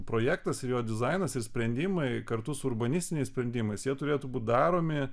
projektas ir jo dizainas ir sprendimai kartu su urbanistiniais sprendimais jie turėtų būt daromi